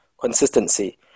consistency